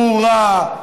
ברורה,